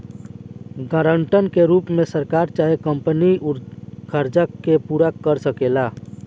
guarantor के रूप में सरकार चाहे कंपनी कर्जा के पूरा कर सकेले